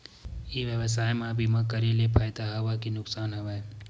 ई व्यवसाय म बीमा करे ले फ़ायदा हवय के नुकसान हवय?